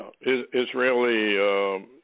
Israeli